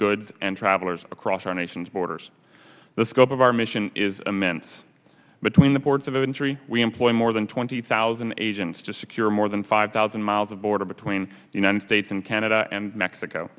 goods and travelers across our nation's borders the scope of our mission is immense between the ports of entry we employ more than twenty thousand agents to secure more than five thousand miles of border between the united states and canada and mexico